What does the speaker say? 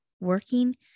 working